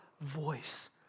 voice